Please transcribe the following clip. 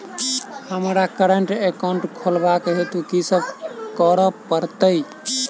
हमरा current account खोलेवाक हेतु की सब करऽ पड़त?